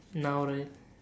now right